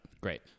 Great